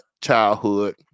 childhood